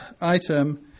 item